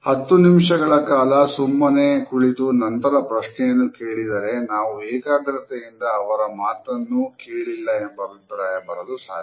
ಹತ್ತು ನಿಮಿಷಗಳ ಕಾಲ ಸುಮ್ಮನೆ ಕುಳಿತು ನಂತರ ಪ್ರಶ್ನೆಯನ್ನು ಕೇಳಿದರೆ ನಾವು ಏಕಾಗ್ರತೆಯಿಂದ ಅವರು ಮಾತನ್ನು ಕೇಳಿಲ್ಲ ಎಂಬ ಅಭಿಪ್ರಾಯ ಬರಲು ಸಾಧ್ಯ